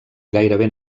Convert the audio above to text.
gairebé